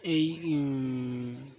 এই